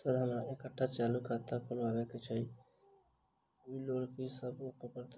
Sir हमरा एकटा चालू खाता खोलबाबह केँ छै ओई लेल की सब करऽ परतै?